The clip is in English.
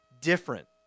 different